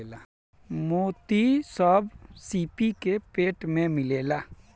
मोती सब सीपी के पेट में मिलेला